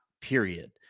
period